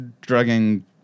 drugging